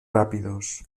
rápidos